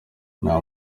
nta